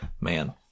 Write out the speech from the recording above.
man